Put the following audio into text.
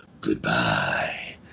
Goodbye